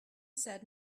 said